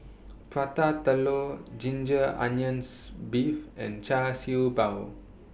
Prata Telur Ginger Onions Beef and Char Siew Bao